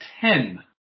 Ten